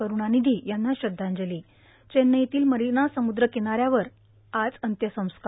करूणानिधी यांना श्रद्धांजली चेन्नईतील मरिना समुद्र किनाऱ्यावर आज अत्यंसंस्कार